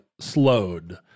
slowed